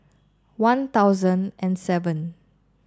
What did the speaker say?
one thousand and seven